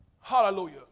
Hallelujah